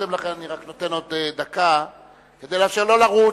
לא לרוץ,